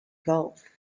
gulf